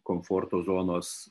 komforto zonos